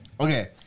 Okay